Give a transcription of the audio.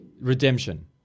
redemption